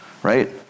right